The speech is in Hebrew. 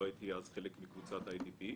לא הייתי אז חלק מקבוצת אי די בי